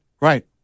Right